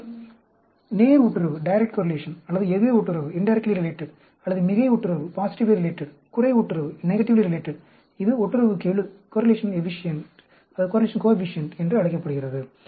மேலும் நேர் ஒட்டுறவு அல்லது எதிர் ஒட்டுறவு அல்லது மிகை ஒட்டுறவு குறை ஒட்டுறவு இது ஒட்டுறவுக்கெழு என்று அழைக்கப்படுகிறது